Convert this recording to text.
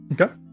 okay